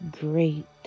great